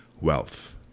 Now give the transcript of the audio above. wealth